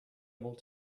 able